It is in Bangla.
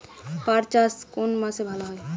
পাট চাষ কোন মাসে ভালো হয়?